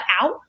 out